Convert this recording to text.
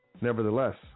Nevertheless